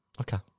Okay